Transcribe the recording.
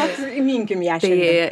vat įminkim ją šiandien